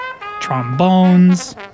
trombones